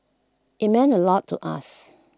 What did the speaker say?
IT meant A lot to us